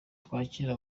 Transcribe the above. twakira